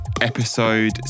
episode